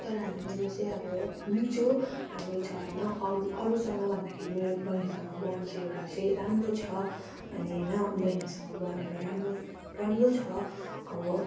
तर हामी मिल्नु चाहिँ अब मिल्छु राम्रो छ होइन अरू अरूसँग भन्दाखेरि मेरो बहिनीहरूसँग बोन्ड चाहिँ एउटा चाहिँ राम्रो छ अनि होइन बहिनीसँग बोन्ड एउटा राम्रो राम्रो छ अब